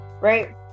right